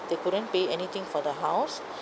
they couldn't pay anything for the house